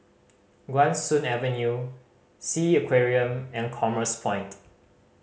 Guan Soon Avenue Sea Aquarium and Commerce Point